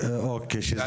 שגם